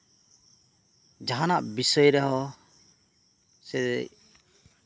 ᱡᱟᱸᱦᱟᱱᱟᱜ ᱵᱤᱥᱚᱭ ᱨᱮᱦᱚᱸ ᱥᱮ